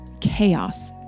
chaos